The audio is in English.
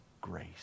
grace